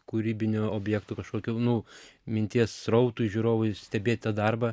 kūrybinio objekto kažkokio nu minties srautui žiūrovui stebėt tą darbą